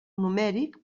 numèric